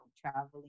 traveling